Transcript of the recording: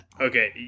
Okay